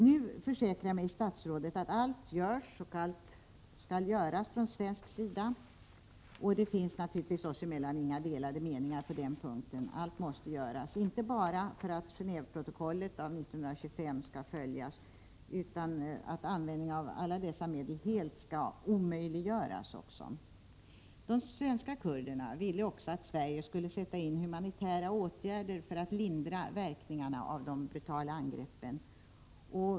Nu försäkrar statsrådet att allt görs och att allt skall göras från svensk sida, och det råder naturligtvis inga delade meningar oss emellan om att allt måste göras — inte bara för att Genåveprotokollet av 1925 skall följas utan därför att användning av sådana här medel helt skall omöjliggöras. De svenska kurderna ville också att Sverige skulle sätta in humanitära åtgärder för att lindra verkningarna av de brutala angreppen.